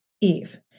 Eve